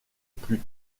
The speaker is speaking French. plus